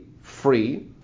free